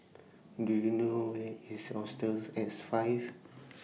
Do YOU know Where IS Hostel six five